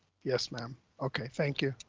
yes ma'am okay. thank you.